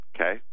okay